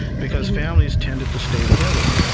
because families tended to stay together.